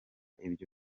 ibyo